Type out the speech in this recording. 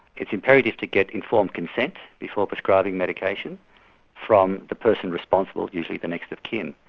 it's imperative to get informed consent before prescribing medication from the person responsible, usually the next of kin.